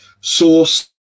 source